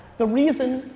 the reason,